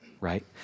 right